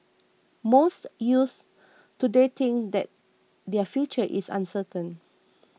most youths today think that their future is uncertain